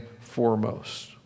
foremost